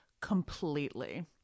completely